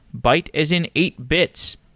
byte as in eight bits.